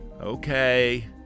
okay